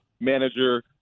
manager